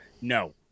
No